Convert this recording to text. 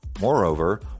Moreover